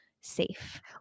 safe